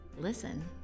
listen